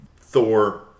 Thor